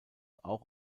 auch